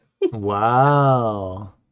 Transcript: Wow